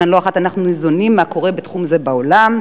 שכן לא אחת אנחנו ניזונים מהקורה בתחום זה בעולם,